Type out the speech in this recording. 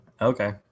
okay